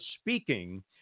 speaking